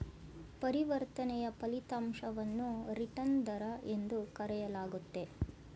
ಪರಿವರ್ತನೆಯ ಫಲಿತಾಂಶವನ್ನು ರಿಟರ್ನ್ ದರ ಎಂದು ಕರೆಯಲಾಗುತ್ತೆ